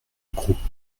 groupe